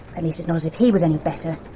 at least, it's not as if he was any better.